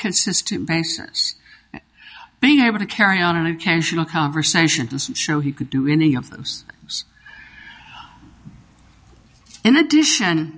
consistent basis being able to carry on an occasional conversation to show he could do any of those in addition